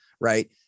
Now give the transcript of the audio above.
right